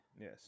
Yes